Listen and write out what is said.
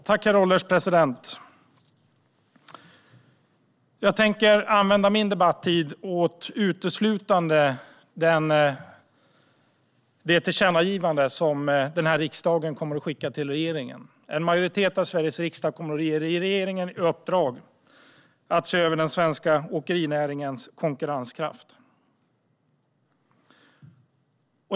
Herr ålderspresident! Jag tänker använda min tid uteslutande till det tillkännagivande som riksdagen kommer att skicka till regeringen. En majoritet i Sveriges riksdag kommer att ge regeringen i uppdrag att se över den svenska åkerinäringens konkurrenskraft.